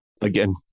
again